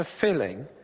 fulfilling